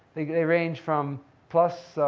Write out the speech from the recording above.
they range from plus,